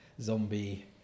zombie